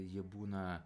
jie būna